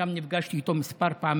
שם נפגשתי איתו כמה פעמים,